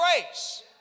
grace